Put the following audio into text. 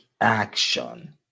action